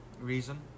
reason